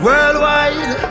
Worldwide